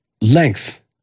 Length